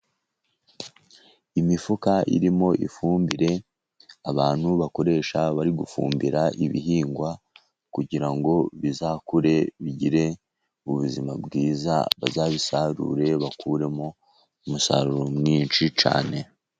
Imifuka irimo ifumbire abantu bakoresha bari gufumbira ibihingwa, kugira ngo bizakure bigire ubuzima bwiza, bazabisarure bakuremo umusaruro mwinshi cyane.